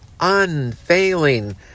unfailing